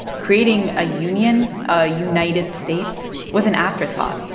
creating a union, a united states, was an afterthought.